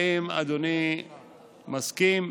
האם אדוני מסכים?